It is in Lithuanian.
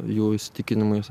jų įsitikinimais